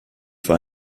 vor